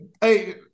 hey